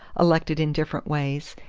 elected in different ways,